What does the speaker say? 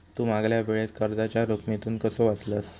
तू मागल्या वेळेस कर्जाच्या जोखमीतून कसो वाचलस